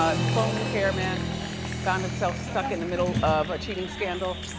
ah the phone repair man found himself stuck in the middle of cheating scandal.